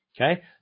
Okay